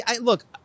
Look